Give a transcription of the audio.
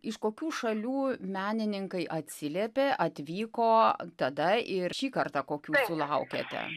iš kokių šalių menininkai atsiliepė atvyko tada ir šį kartą kokių laukiate